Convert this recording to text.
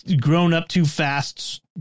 grown-up-too-fast